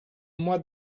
mois